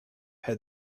had